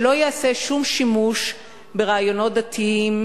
שלא ייעשה שום שימוש ברעיונות דתיים